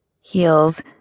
Heels